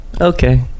okay